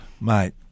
Mate